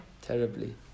terribly